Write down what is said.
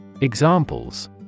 Examples